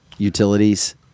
Utilities